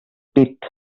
pit